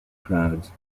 crowds